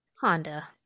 Honda